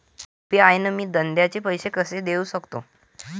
UPI न मी धंद्याचे पैसे कसे देऊ सकतो?